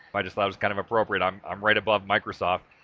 i just, i was kind of appropriate, i'm um right above microsoft.